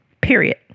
period